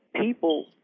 people